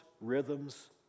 rhythms